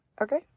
okay